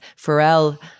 Pharrell